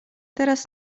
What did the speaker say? teraz